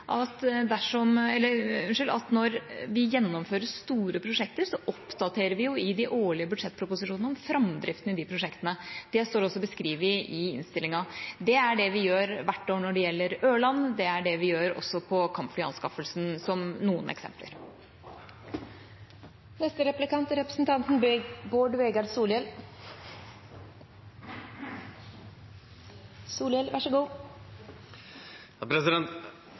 at når vi gjennomfører store prosjekter, oppdaterer vi i de årlige budsjettproposisjonene om framdriften i de prosjektene. Det står også beskrevet i innstillinga. Det er det vi gjør hvert år når det gjelder Ørland. Det er det vi gjør også når det gjelder kampflyanskaffelsen, for å nevne noen eksempler. Forsvarets musikk er